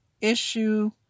issue